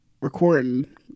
recording